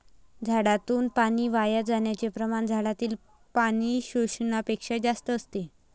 झाडातून पाणी वाया जाण्याचे प्रमाण झाडातील पाणी शोषण्यापेक्षा जास्त असते